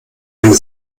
eine